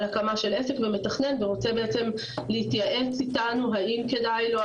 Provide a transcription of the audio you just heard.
הקמה של עסק ומתכנן ורוצה בעצם להתייעץ איתנו האם כדאי לו,